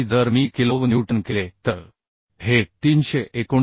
आणि जर मी किलो न्यूटन केले तर हे 339